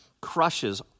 crushes